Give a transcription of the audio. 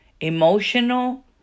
Emotional